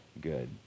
good